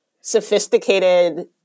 sophisticated